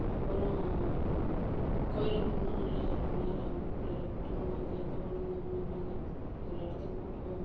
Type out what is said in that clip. அப்புறம் கோயிலுக்கு போனால் நல்லா ரொம்ப நேரம் ஆகும் பிள்ளைகளை கூட்டு போனால் அங்கே அங்கே போகணும் இங்கே போகணும்பாங்க எல்லா இடத்துக்கும் கூடிட்டு போவோம்